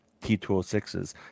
T206s